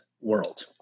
world